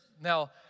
Now